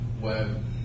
web